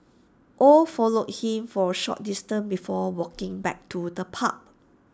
oh followed him for A short distance before walking back to the pub